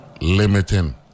limiting